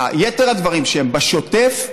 יתר הדברים שהם בשוטף,